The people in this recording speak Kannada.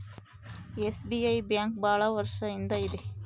ಎಸ್.ಬಿ.ಐ ಬ್ಯಾಂಕ್ ಭಾಳ ವರ್ಷ ಇಂದ ಇದೆ